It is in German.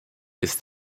ist